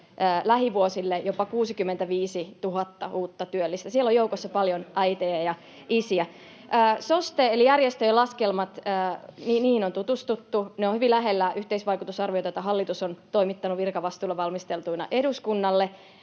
lähivuosille jopa 65 000 uutta työllistä. Siellä on joukossa paljon äitejä ja isiä. [Ben Zyskowicz: Oliko ne SOSTEn laskelmissa?] — SOSTEn eli järjestöjen laskelmiin on tutustuttu. Ne ovat hyvin lähellä yhteisvaikutusarvioita, jotka hallitus on toimittanut virkavastuulla valmisteltuina eduskunnalle,